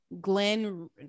Glenn